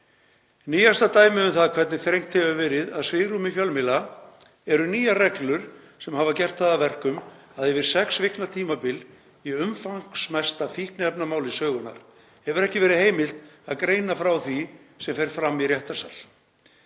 Nýjasta dæmið um það hvernig þrengt hefur verið að svigrúmi fjölmiðla eru nýjar reglur sem hafa gert það að verkum að yfir sex vikna tímabil í umfangsmesta fíkniefnamáli sögunnar hefur ekki verið heimilt að greina frá því sem fer fram í réttarsal.